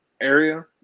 area